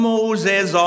Moses